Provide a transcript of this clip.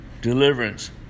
deliverance